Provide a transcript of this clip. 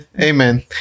Amen